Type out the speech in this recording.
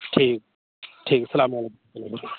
ٹھیک ٹھیک السّلام علیکم ورحمۃ اللہ